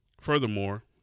Furthermore